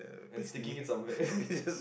and sticking it somewhere